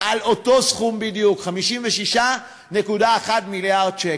על אותו סכום בדיוק, 56.1 מיליארד שקל.